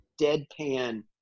deadpan